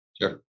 Sure